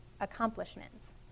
Accomplishments